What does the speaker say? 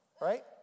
Right